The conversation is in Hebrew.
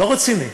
לא רציני.